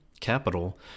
Capital